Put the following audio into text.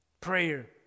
Prayer